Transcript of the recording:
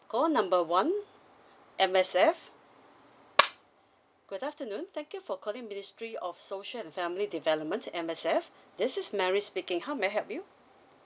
call number one M_S_F good afternoon thank you for calling ministry of social and family development M_S_F this is mary speaking how may I help you